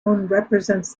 represents